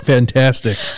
Fantastic